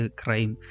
crime